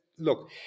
Look